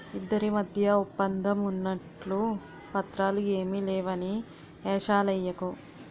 ఇద్దరి మధ్య ఒప్పందం ఉన్నట్లు పత్రాలు ఏమీ లేవని ఏషాలెయ్యకు